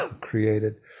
created